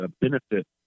benefit